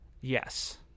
Yes